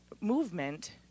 movement